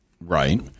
Right